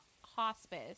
hospice